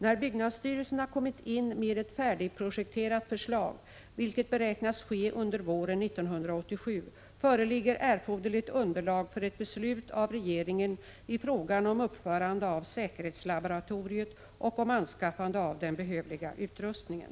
När byggnadsstyrelsen har kommit in med ett färdigprojekterat förslag — vilket beräknas ske under våren 1987 — föreligger erforderligt underlag för ett beslut av regeringen i frågan om uppförande av säkerhetslaboratoriet och om anskaffande av den behövliga utrustningen.